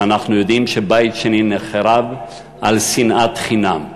ואנחנו יודעים שבית שני נחרב על שנאת חינם.